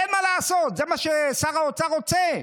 אין מה לעשות, זה מה ששר האוצר רוצה.